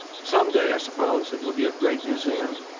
some day, i suppose, it will be a great museum.